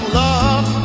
love